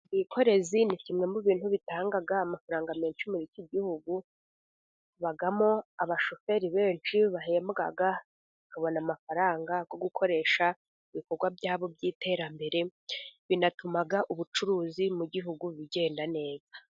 Ubwikorezi ni kimwe mu bintu bitanga amafaranga menshi, muri iki gihugu habamo abashoferi benshi bahembwa, bakabona amafaranga yo gukoresha ibikorwa byabo by'iterambere, binatuma ubucuruzi mu gihugu bugenda neza.